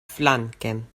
flanken